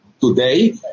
today